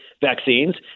vaccines